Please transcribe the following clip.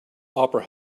opera